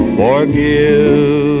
forgive